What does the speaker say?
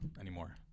anymore